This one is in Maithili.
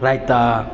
रायता